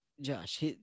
Josh